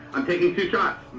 i'm taking two shots.